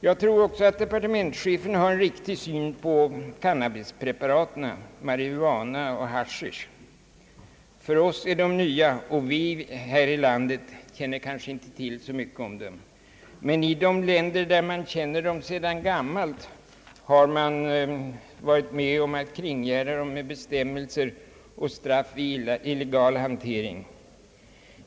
Jag tror också att departementschefen har en riktig syn på cannabispreparaten, marijuana och haschisch. För oss är de nya, och vi här i landet känner kanske inte till så mycket om dem. Men i de länder där man känner dem sedan gammalt har man kringgärdat dem med bestämmelser och straff vid illegal hantering.